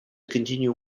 continue